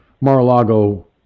Mar-a-Lago